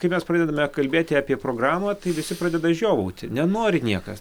kai mes pradedame kalbėti apie programą tai visi pradeda žiovauti nenori niekas